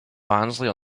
barnsley